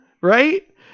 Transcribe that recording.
right